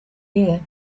there